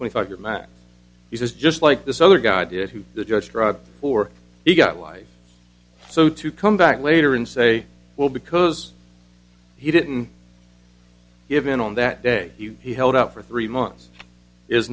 twenty five year matt he says just like this other guy did who the judge threw out or he got life so to come back later and say well because he didn't give in on that day he held up for three months is